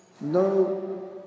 no